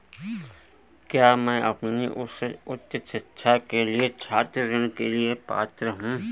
क्या मैं अपनी उच्च शिक्षा के लिए छात्र ऋण के लिए पात्र हूँ?